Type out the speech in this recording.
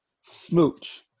smooch